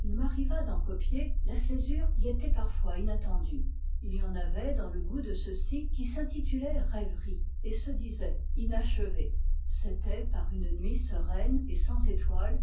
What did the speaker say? il m'arriva d'en copier la césure y était parfois inattendue il y en avait dans le goût de ceux-ci qui s'intitulaient rêverie et se disaient inachevés c'était par une nuit sereine et sans étoile